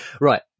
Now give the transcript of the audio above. Right